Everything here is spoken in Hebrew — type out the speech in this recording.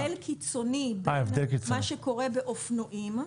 הבדל קיצוני בין מה שקורה באופנועים.